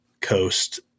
coast